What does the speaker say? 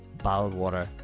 bottled water,